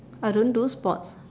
I don't do sports